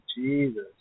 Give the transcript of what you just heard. Jesus